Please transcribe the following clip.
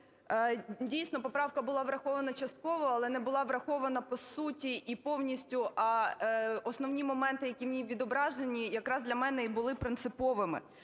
дійсно, поправка була врахована частково, але не була врахована по суті і повністю. А основні моменти, які в ній відображені, якраз для мене і були принциповими,